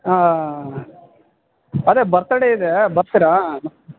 ಹಾಂ ಅದೇ ಬರ್ತಡೇ ಇದೆ ಬರ್ತೀರಾ